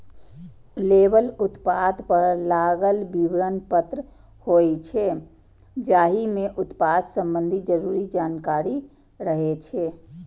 label उत्पाद पर लागल विवरण पत्र होइ छै, जाहि मे उत्पाद संबंधी जरूरी जानकारी रहै छै